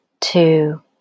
two